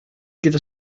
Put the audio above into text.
gyda